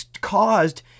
caused